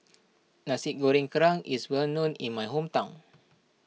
Nasi Goreng Kerang is well known in my hometown